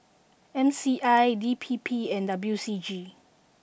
M C I D P P and W C G